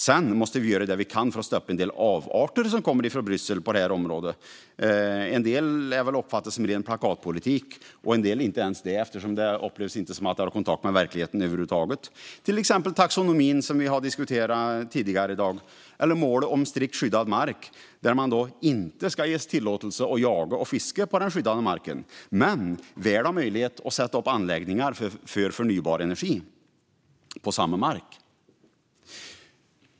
Sedan måste vi göra det vi kan för att stoppa en del avarter som kommer från Bryssel på det här området. En del är att uppfatta som ren plakatpolitik, och en del är inte ens det eftersom det inte upplevs som att det har kontakt med verkligheten över huvud taget. Det gäller till exempel taxonomin som vi har diskuterat tidigare i dag eller målet om strikt skyddad mark. Man ska inte ges tillåtelse att jaga och fiska på den skyddade marken men väl ha möjlighet att sätta upp anläggningar för förnybar energi på samma mark.